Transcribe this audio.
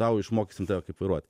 tau išmokysim tave kaip vairuoti